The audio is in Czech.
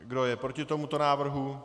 Kdo je proti tomuto návrhu?